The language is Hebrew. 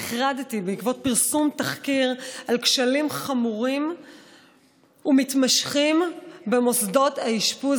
נחרדתי בעקבות פרסום תחקיר על כשלים חמורים ומתמשכים במוסדות האשפוז